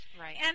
Right